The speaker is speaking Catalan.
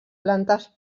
plantes